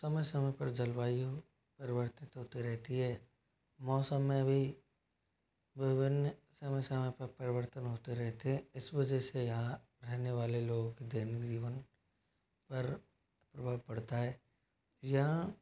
समय समय पर जलवायु परिवर्तित होते रहती है मौसम में भी विभिन्न समय समय पे परिवर्तन होते रहते इस वजह से यहाँ रहने वाले लोगों की दैनिक जीवन पर प्रभाव पड़ता है यहाँ